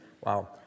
Wow